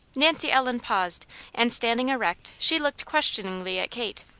nancy ellen paused and standing erect she looked questioningly at kate.